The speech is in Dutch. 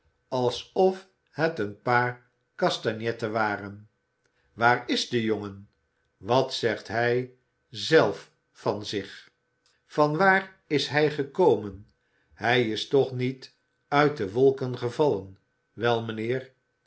sof het een paar castagnetten waren waar is de jongen wat zegt hij zelf van zich van waar is hij gekomen hij is toch niet uit de wolken gevallen wel mijnheer